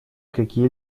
какие